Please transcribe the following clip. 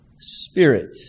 Spirit